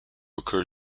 occur